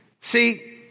See